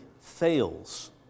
fails